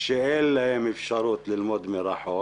שאין להם אפשרות ללמוד מרחוק.